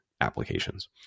applications